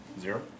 Zero